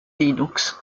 linux